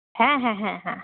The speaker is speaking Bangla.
হ্যাঁ হ্যাঁ হ্যাঁ হ্যাঁ